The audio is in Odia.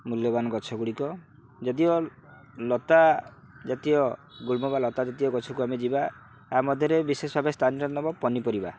ମୂଲ୍ୟବାନ ଗଛ ଗୁଡ଼ିକ ଯଦିଓ ଲତା ଜାତୀୟ ଗୁଳ୍ମ ବା ଲତା ଜାତୀୟ ଗଛକୁ ଆମେ ଯିବା ତା ମଧ୍ୟରେ ବିଶେଷ ଭାବେ ସ୍ଥାନ ଯଦି ନେବ ପନିପରିବା